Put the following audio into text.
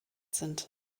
sind